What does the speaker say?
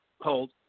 Hold